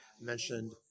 mentioned